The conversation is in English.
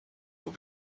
will